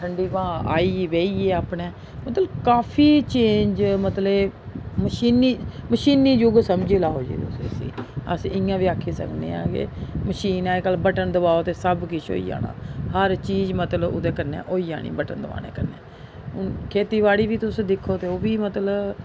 ठंडी ब्हाऽ आई गेई बेही गे अपने मतलब काफी चेंज मतलब एह् मशीनी मशीनी युग समझी लैओ जी तुस इसी अस इ'यां बी आक्खी सकने आं कि मशीन अज्जकल बटन दबाओ ते सब किश होई जाना हर चीज मतलब ओह्दे कन्नै होई जानी बटन दबाने कन्नै हून खेतीबाड़ी बी तुस दिक्खो ते ओह् बी मतलब